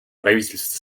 правительств